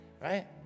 Right